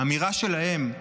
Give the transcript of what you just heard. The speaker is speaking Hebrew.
האמירה שלהם,